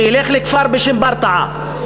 שילך לכפר בשם ברטעה.